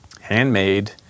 handmade